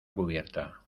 cubierta